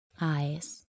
eyes